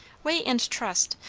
wait and trust.